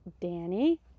Danny